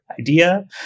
idea